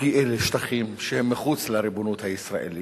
כי אלה שטחים שהם מחוץ לריבונות הישראלית.